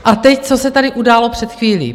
A teď, co se tady událo před chvílí.